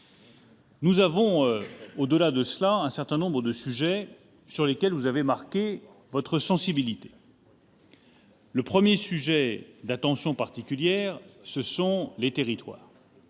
J'en viens à un certain nombre de sujets sur lesquels vous avez marqué votre sensibilité. Premier sujet d'attention particulière, les territoires.